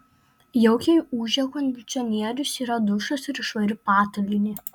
jaukiai ūžia kondicionierius yra dušas ir švari patalynė